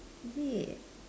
babe